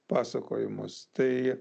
pasakojimus tai